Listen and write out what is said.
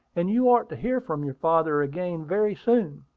and you ought to hear from your father again very soon.